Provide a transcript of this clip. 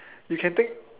you can take